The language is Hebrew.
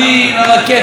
הרקטות,